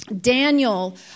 Daniel